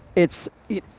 it's it.